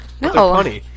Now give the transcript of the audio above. No